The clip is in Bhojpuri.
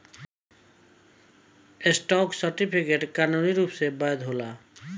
स्टॉक सर्टिफिकेट कानूनी रूप से वैध होला